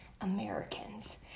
Americans